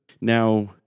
Now